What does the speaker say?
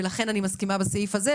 ולכן אני מסכימה בסעיף הזה,